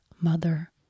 mother